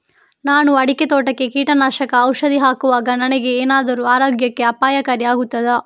ನಾನು ಅಡಿಕೆ ತೋಟಕ್ಕೆ ಕೀಟನಾಶಕ ಔಷಧಿ ಹಾಕುವಾಗ ನನಗೆ ಏನಾದರೂ ಆರೋಗ್ಯಕ್ಕೆ ಅಪಾಯಕಾರಿ ಆಗುತ್ತದಾ?